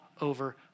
over